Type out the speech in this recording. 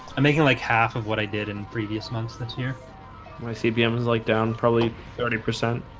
i'm making like half of what i did in previous month's that's here my cpm was like down probably thirty percent